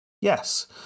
Yes